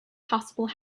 possible